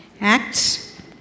Acts